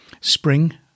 spring